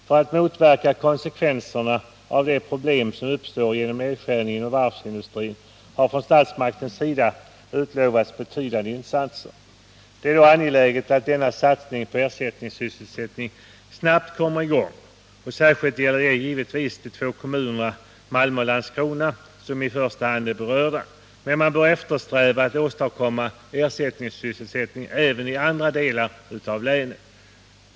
För att motverka konsekvenserna av de problem som uppstår genom nedskärningen inom varvsindustrin har man från statsmakternas sida utlovat betydande insatser. Det är angeläget att denna satsning på ersättningssysselsättning snabbt kommer i gång. Särskilt gäller detta givetvis de två kommunerna Landskrona och Malmö, som i första hand är berörda. Men man bör eftersträva att åstadkomma ersättningssysselsättning även i andra delar av länet.